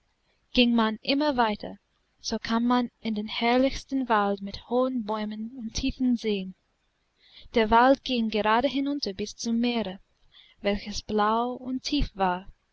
ging man immer weiter so kam man in den herrlichsten wald mit hohen bäumen und tiefen seen der wald ging gerade hinunter bis zum meere welches blau und tief war